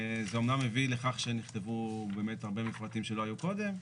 זה אמנם הביא לכך שנכתבו באמת הרבה מפרטים שלא היו קודם.